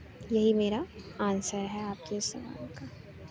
یہی میرا آنسر ہے آپ کے اس سوال کا